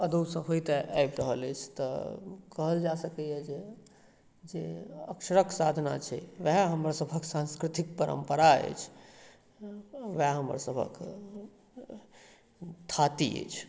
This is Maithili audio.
अदो से होइत आबि रहल अछि तऽ कहल जा सकैया जे अक्षरक साधना छै वएह हमर सभहक साँस्कृतिक परम्परा अछि वएह हमर सभहक थाती अछि